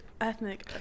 ethnic